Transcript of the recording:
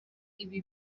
ibi